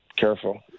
careful